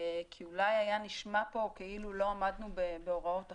כי אולי היה נשמע פה כאילו לא עמדנו בהוראות החוק.